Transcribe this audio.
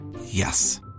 Yes